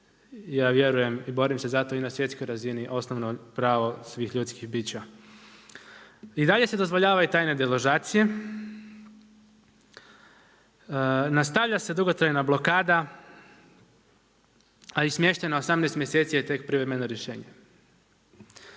ja vjerujem i borim se za to i na svjetskoj razini, osnovno pravo svih ljudskih bića. I dalje se dozvoljavaju tajne deložacije, nastavlja se dugotrajna blokada a i smještaj na 18 mjeseci je tek privremeno rješenje.